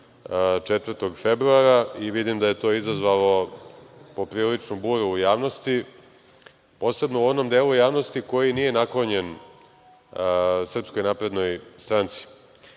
4. februara i vidim da je to izazvalo popriličnu buru u javnosti, posebno u onom delu javnosti koji nije naklonjen SNS.Pre svega,